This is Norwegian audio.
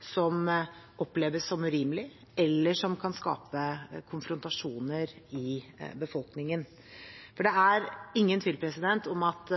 som oppleves som urimelige, eller som kan skape konfrontasjoner i befolkningen. Det er ingen tvil om at